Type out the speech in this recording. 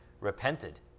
repented